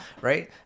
right